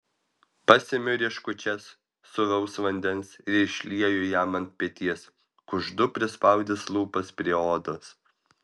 pasemiu rieškučias sūraus vandens ir išlieju jam ant peties kuždu prispaudęs lūpas prie odos